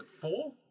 four